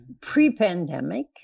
pre-pandemic